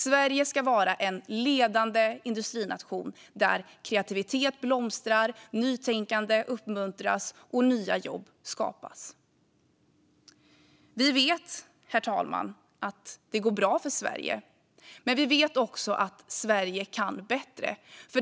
Sverige ska vara en ledande industrination, där kreativitet blomstrar, nytänkande uppmuntras och nya jobb skapas. Vi vet, herr talman, att det går bra för Sverige, men vi vet också att Sverige kan bättre.